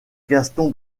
gaston